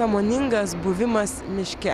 sąmoningas buvimas miške